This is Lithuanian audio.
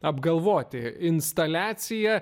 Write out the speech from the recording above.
apgalvoti instaliacija